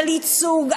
על ייצוג,